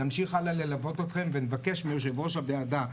נמשיך הלאה ללוות אתכם ונבקש מיו"ר הוועדה,